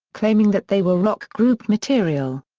claiming that they were rock group material.